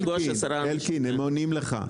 אלקין, הם עונים לך.